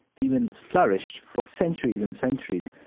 even flourished, for centuries and centuries,